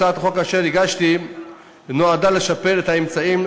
הצעת החוק אשר הגשתי נועדה לשפר את האמצעים